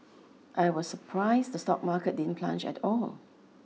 I was surprised the stock market didn't plunge at all